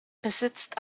besitzt